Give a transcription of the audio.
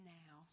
now